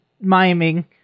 miming